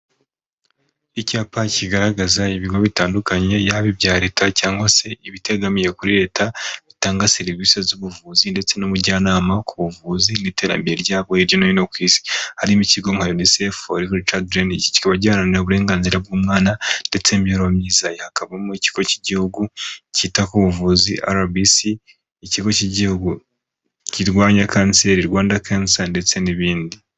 Icyapa kigaragaza ibigo bitandukanye yaba ibya leta cyangwa se ibitegamiye kuri leta bitanga serivisi z'ubuvuzi ndetse n'ubujyanama ku buvuzi n'iterambere ryabo hirya no hino kw’isi harimo ikigo nka unicef kikaba giharanira uburenganzira bw'umwana ndetse n'imibereho myiza hakabamo ikigo cy'igihugu cyita ku buvuzi rbc, ikigo cy'igihugu kirwanya kanseri Rwanda cancer ndetse n'ibindi